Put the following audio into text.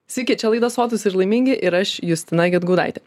sveiki čia laida sotūs ir laimingi ir aš justina gedgaudaitė